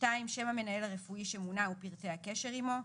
שם המנהל הרפואי שמונה ופרטי הקשר עמו,